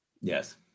Yes